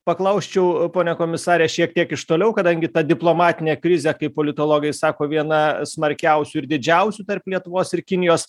paklausčiau pone komisare šiek tiek iš toliau kadangi ta diplomatinė krizė kaip politologai sako viena smarkiausių ir didžiausių tarp lietuvos ir kinijos